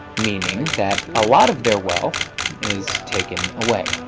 meaning that a lot of their wealth is taken away.